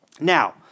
Now